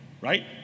Right